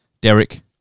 Derek